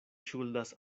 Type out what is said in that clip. ŝuldas